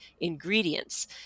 ingredients